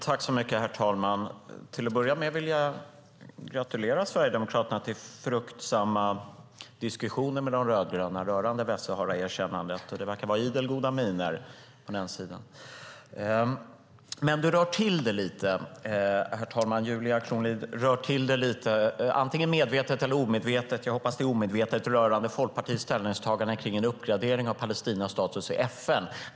Herr talman! Till att börja med vill jag gratulera Sverigedemokraterna till fruktsamma diskussioner med de rödgröna rörande Västsaharaerkännandet. Det verkar vara idel goda miner från den sidan. Herr talman! Julia Kronlid rör till det lite antingen medvetet eller omedvetet - jag hoppas att det är omedvetet - rörande Folkpartiets ställningstagande till en uppgradering av Palestinas status i FN.